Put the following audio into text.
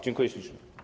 Dziękuję ślicznie.